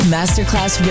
Masterclass